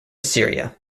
assyria